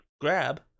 grab